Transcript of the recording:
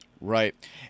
Right